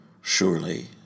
surely